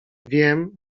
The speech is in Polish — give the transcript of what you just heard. wiem